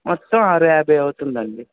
మొత్తం ఆరు యాభై అవుతుందండి